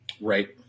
Right